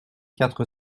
quatre